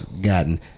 gotten